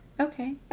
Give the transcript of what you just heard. Okay